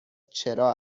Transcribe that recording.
چرا